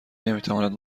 نمیتواند